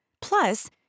Plus